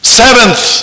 seventh